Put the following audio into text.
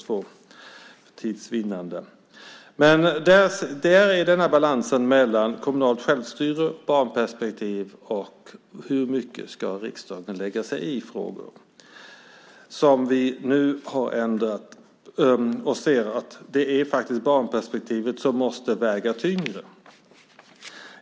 I detta fall har man denna balansgång mellan kommunalt självstyre och barnperspektiv och hur mycket som riksdagen ska lägga sig i. Nu anser vi att det är barnperspektivet som måste väga tyngst.